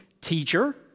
teacher